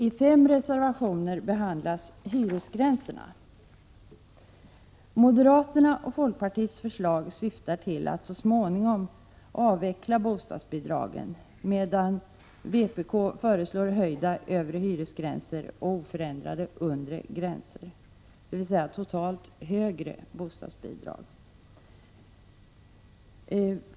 I fem reservationer behandlas hyresgränserna. Moderaternas och folkpartiets förslag syftar till att så småningom avveckla bostadsbidragen, medan vpk föreslår höjda övre hyresgränser och oförändrade undre gränser, dvs. totalt högre bostadsbidrag.